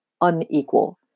unequal